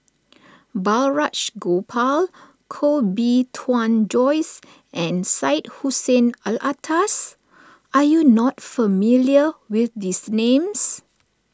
Balraj Gopal Koh Bee Tuan Joyce and Syed Hussein Alatas are you not familiar with these names